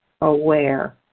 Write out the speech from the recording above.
aware